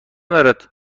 دارد